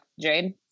Jade